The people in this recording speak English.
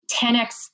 10x